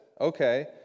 okay